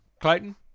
Clayton